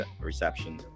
reception